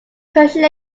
pershing